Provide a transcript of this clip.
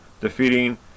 defeating